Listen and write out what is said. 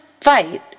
fight